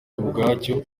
ubwacyo